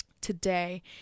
today